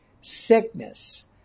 sickness